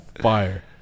fire